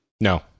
No